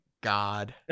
god